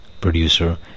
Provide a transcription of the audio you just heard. producer